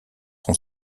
son